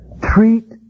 treat